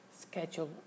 schedule